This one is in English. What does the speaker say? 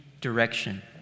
direction